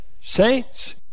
Saints